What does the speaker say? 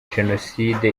genocide